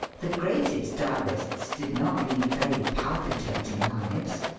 the greatest diarists did not lead very palpitating lives.